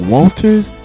Walters